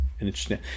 interesting